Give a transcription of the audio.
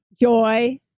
joy